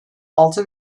altı